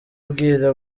mbwira